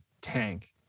tank